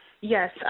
Yes